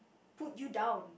put you down